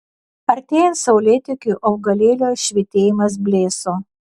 artėjant saulėtekiui augalėlio švytėjimas blėso